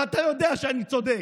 ואתה יודע שאני צודק,